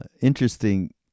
Interesting